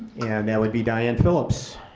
and that would be diane phillips.